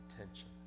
attention